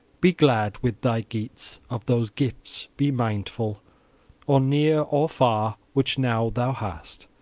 be glad with thy geats of those gifts be mindful or near or far, which now thou hast.